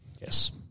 Yes